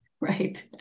Right